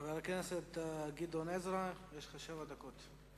חבר הכנסת גדעון עזרא, יש לך שבע דקות.